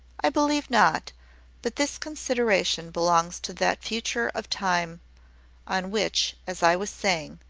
i believe not but this consideration belongs to that future of time on which, as i was saying,